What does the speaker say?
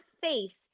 face